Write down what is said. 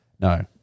No